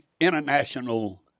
international